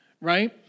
right